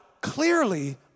clearly